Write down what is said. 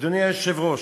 אדוני היושב-ראש,